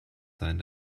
sein